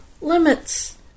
limits